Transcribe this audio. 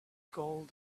gold